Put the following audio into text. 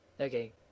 Okay